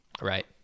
Right